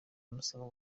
musaba